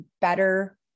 better